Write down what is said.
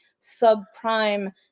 subprime